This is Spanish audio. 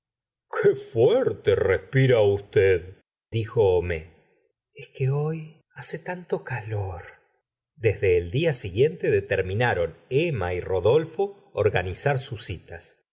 fuerte respira usted dijo homais es que hoy hace bastante calor desde el dia siguiente determinaron emma y rodolfo organizar sus citas